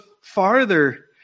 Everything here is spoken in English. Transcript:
farther